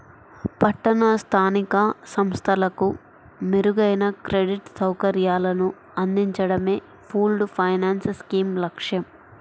పట్టణ స్థానిక సంస్థలకు మెరుగైన క్రెడిట్ సౌకర్యాలను అందించడమే పూల్డ్ ఫైనాన్స్ స్కీమ్ లక్ష్యం